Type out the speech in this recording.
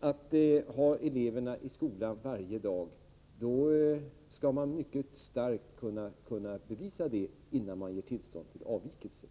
att ha eleverna i skolan varje dag, bör man mycket starkt kunna bevisa detta innan tillstånd ges till avvikelse.